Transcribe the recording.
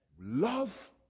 love